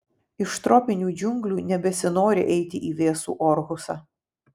iš tropinių džiunglių nebesinori eiti į vėsų orhusą